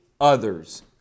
others